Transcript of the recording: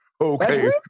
Okay